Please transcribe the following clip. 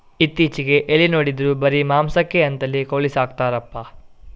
ಇತ್ತೀಚೆಗೆ ಎಲ್ಲಿ ನೋಡಿದ್ರೂ ಬರೀ ಮಾಂಸಕ್ಕೆ ಅಂತಲೇ ಕೋಳಿ ಸಾಕ್ತರಪ್ಪ